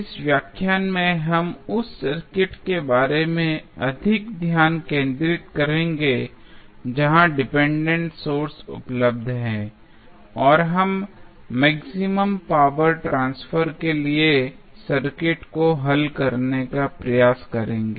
इस व्याख्यान में हम उस सर्किट के बारे में अधिक ध्यान केंद्रित करेंगे जहां डिपेंडेंट सोर्स उपलब्ध हैं और हम मैक्सिमम पावर ट्रांसफर के लिए सर्किट को हल करने का प्रयास करेंगे